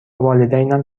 والدینم